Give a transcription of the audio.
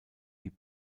die